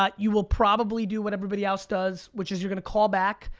ah you will probably do what everybody else does which is you're gonna call back,